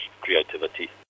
creativity